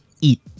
eat